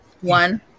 one